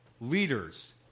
leaders